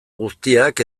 guztiak